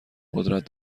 قدرت